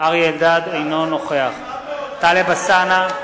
אינו נוכח טלב אלסאנע,